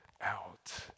out